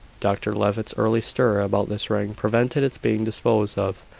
dr levitt's early stir about this ring prevented its being disposed of,